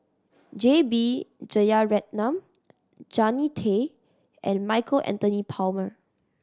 J B Jeyaretnam Jannie Tay and Michael Anthony Palmer